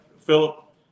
Philip